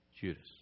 Judas